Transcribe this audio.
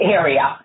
area